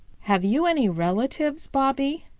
have you any relatives, bobby?